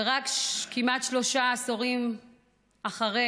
ורק כמעט שלושה עשורים אחרי